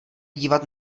dívat